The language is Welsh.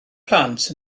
plant